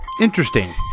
Interesting